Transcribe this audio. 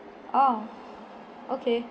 oh okay